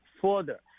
further